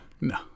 No